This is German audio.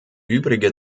übrige